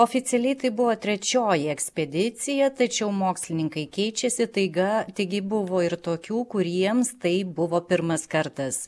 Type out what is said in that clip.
oficialiai tai buvo trečioji ekspedicija tačiau mokslininkai keičiasi taiga taigi buvo ir tokių kuriems tai buvo pirmas kartas